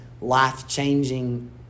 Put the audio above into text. life-changing